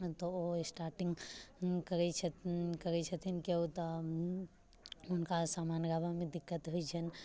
तऽ ओहो स्टार्टिङ्ग करैत छथिन करैत छथिन केओ तऽ हुनका सामान लाबऽ मे दिक्कत होइत छनि